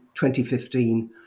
2015